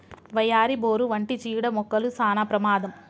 వయ్యారి, బోరు వంటి చీడ మొక్కలు సానా ప్రమాదం